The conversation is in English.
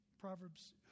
Proverbs